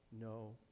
No